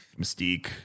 Mystique